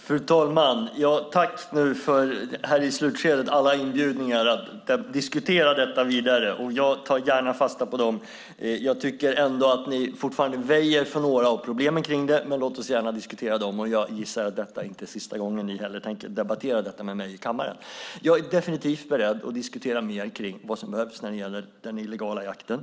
Fru talman! Tack för alla inbjudningar att diskutera detta vidare! Jag tar gärna fasta på dem. Jag tycker ändå att ni fortfarande väjer för några av problemen kring detta, men låt oss gärna diskutera dem. Jag gissar att detta inte heller är sista gången ni tänker debattera detta med mig i kammaren. Jag är definitivt beredd att diskutera mer om vad som behövs när det gäller den illegala jakten.